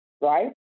right